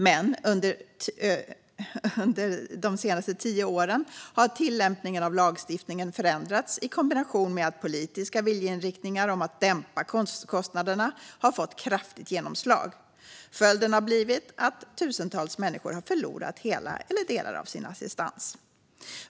Men under de senaste tio åren har tillämpningen av lagstiftningen förändrats i kombination med att politiska viljeriktningar om att dämpa kostnaderna fått kraftigt genomslag. Följden har blivit att tusentals människor har förlorat hela eller delar av sin assistans.